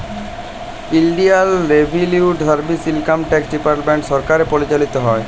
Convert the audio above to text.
ইলডিয়াল revenue service, income tax department সরকার পরিচালিত হ্যয়